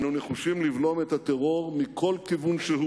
אנו נחושים לבלום את הטרור מכל כיוון שהוא